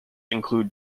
include